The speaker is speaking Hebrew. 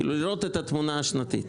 כאילו לראות את התמונה השנתית.